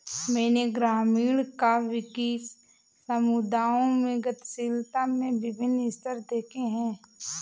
मैंने ग्रामीण काव्य कि समुदायों में गतिशीलता के विभिन्न स्तर देखे हैं